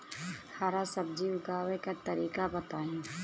हरा सब्जी उगाव का तरीका बताई?